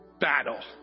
battle